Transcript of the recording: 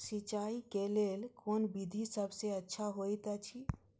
सिंचाई क लेल कोन विधि सबसँ अच्छा होयत अछि?